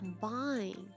combine